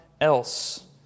else